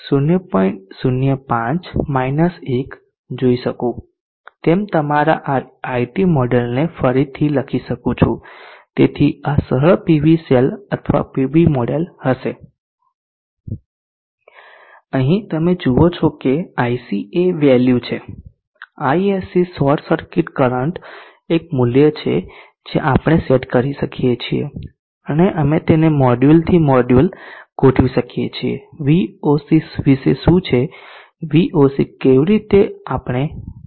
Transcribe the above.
05 - 1 જોઈ શકું તેમ અમારા IT મોડેલને ફરીથી લખી શકું છું તેથી આ સરળ પીવી સેલ અથવા પીવી મોડેલ હશે અહીં તમે જુઓ છો કે Ic એ વેલ્યુ છે ISC શોર્ટ સર્કિટ કરંટ એક મૂલ્ય છે જે આપણે સેટ કરી શકીએ છીએ અને અમે તેને મોડ્યુલથી મોડ્યુલ ગોઠવી શકીએ છીએ VOC વિશે શું છે VOC કેવી રીતે આપણે VOC2 માટે ગોઠવીશું